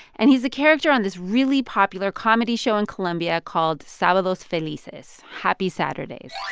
and he's a character on this really popular comedy show in colombia called sabados felices happy saturdays.